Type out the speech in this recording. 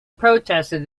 protested